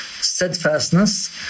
steadfastness